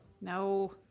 No